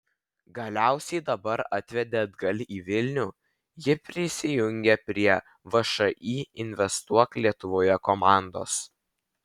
galiausiai darbai atvedė atgal į vilnių ji prisijungė prie všį investuok lietuvoje komandos